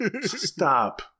stop